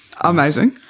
amazing